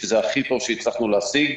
שזה הכי טוב שהצלחנו להשיג.